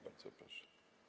Bardzo proszę.